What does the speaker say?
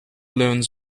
learns